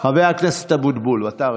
חבר הכנסת אבוטבול, אתה ראשון.